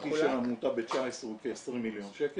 התקציב השנתי של העמותה ב-19' הוא כ-20 מיליון שקל.